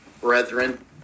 brethren